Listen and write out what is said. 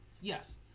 Yes